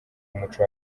umuco